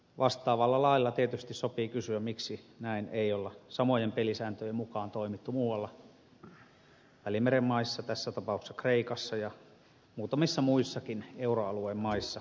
vastaavalla lailla tietysti sopii kysyä miksi näin ei ole samojen pelisääntöjen mukaan toimittu muualla välimeren maissa tässä tapauksessa kreikassa ja muutamissa muissakin euroalueiden maissa